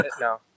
no